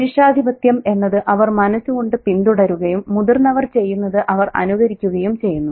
പുരുഷാധിപത്യം എന്നത് അവർ മനസ്സ് കൊണ്ട് പിന്തുടരുകയും മുതിർന്നവർ ചെയ്യുന്നത് അവർ അനുകരിക്കുകയും ചെയ്യുന്നു